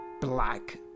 Black